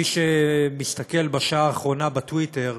מי שמסתכל בשעה האחרונה בטוויטר,